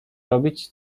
robić